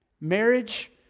Marriage